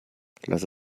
lass